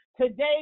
Today